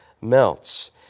melts